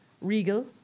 regal